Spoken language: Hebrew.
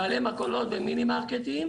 בעלי מכולות ומינימרקטים,